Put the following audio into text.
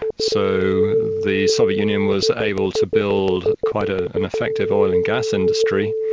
so the soviet union was able to build quite ah an effective oil and gas industry,